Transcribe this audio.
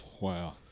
Wow